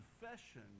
confession